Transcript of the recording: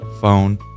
phone